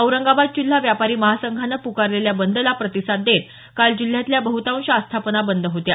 औरंगाबाद जिल्हा व्यापारी महासंघानं प्कारलेल्या बंदला प्रतिसाद देत काल जिल्ह्यातील बहतांश आस्थापना बंद होत्या